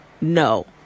no